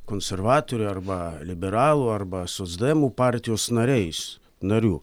konservatorių arba liberalų arba socdemų partijos nariais narių